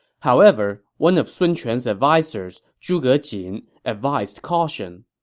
however, one of sun quan's advisers, zhuge jin, advised caution.